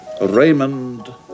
Raymond